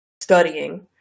studying